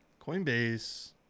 Coinbase